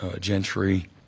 Gentry